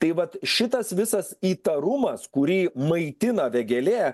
tai vat šitas visas įtarumas kurį maitina vėgėlė